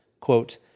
Quote